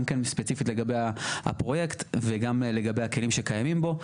ספציפית לגבי הפרויקט וגם לגבי הכלים שקיימים בו.